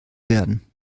werden